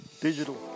Digital